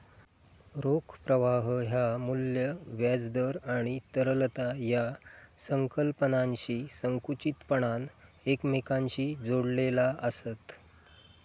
रोख प्रवाह ह्या मू्ल्य, व्याज दर आणि तरलता या संकल्पनांशी संकुचितपणान एकमेकांशी जोडलेला आसत